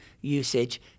usage